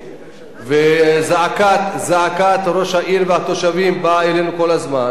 וזעקת ראש העיר והתושבים באה אלינו כל הזמן.